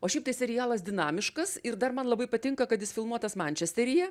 o šiaip tai serialas dinamiškas ir dar man labai patinka kad jis filmuotas mančesteryje